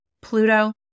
Pluto